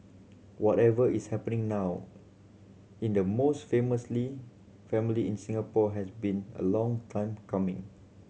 whatever is happening now in the most famous Lee family in Singapore has been a long time coming